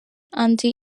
anti